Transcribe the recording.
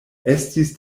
estis